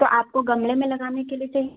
तो आपको गमले में लगाने के लिए चाहिए